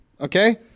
okay